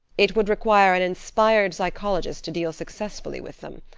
it would require an inspired psychologist to deal successfully with them.